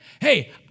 Hey